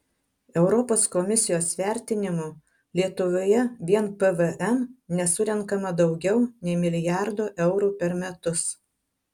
europos komisijos vertinimu lietuvoje vien pvm nesurenkama daugiau nei milijardo eurų per metus